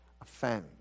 offend